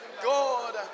God